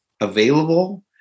available